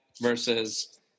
versus